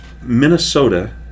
Minnesota